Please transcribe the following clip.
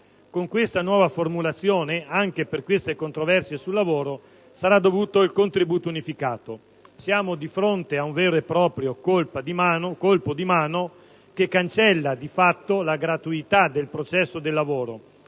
del lavoro e, dunque, anche per queste controversie sul lavoro sarà dovuto il contributo unificato. Siamo di fronte ad un vero e proprio colpo di mano che cancella, di fatto, la gratuità del processo del lavoro